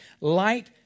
Light